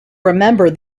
remember